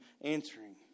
answering